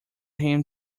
him